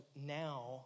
now